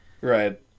Right